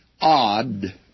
odd